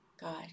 God